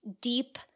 deep